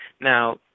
Now